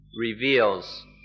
reveals